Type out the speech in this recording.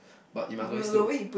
but you must always look